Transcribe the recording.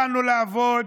באנו לעבוד.